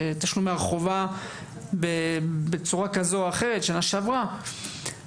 תשלומי החובה בצורה כזו או אחרת שנה שעברה.